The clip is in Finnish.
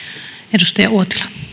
arvoisa